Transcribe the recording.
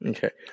Okay